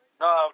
No